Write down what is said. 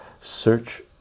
search